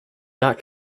not